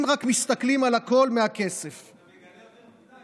אם מסתכלים על הכול מצד הכסף.